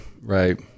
Right